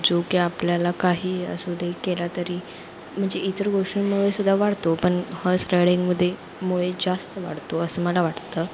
जो की आपल्याला काही असू दे केला तरी म्हणजे इतर गोष्टींमुळे सुद्धा वाढतो पण हॉर्स रायडिंगमध्ये मुळे जास्त वाढतो असं मला वाटतं